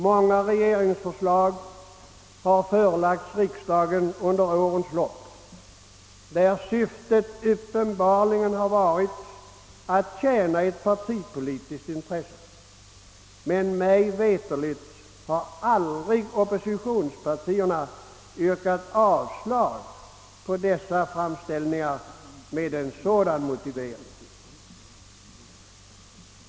Många regeringsförslag har förelagts riksdagen under årens lopp, där syftet uppenbarligen har varit att tjäna ett partipolitiskt intresse, men mig veterligt har aldrig oppositionspartierna yrkat avslag på dessa framställningar med en sådan motivering.